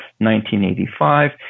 1985